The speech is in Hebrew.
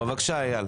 4. בבקשה, אייל.